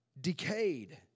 decayed